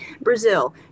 Brazil